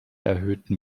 erhöhten